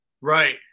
Right